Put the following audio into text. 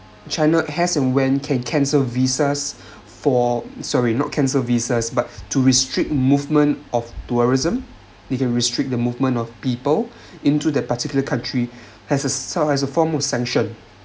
china has and when can cancel visas for sorry not cancel visas but to restrict movement of tourism they can restrict the movement of people into that particular country has a san~ has a form of sanction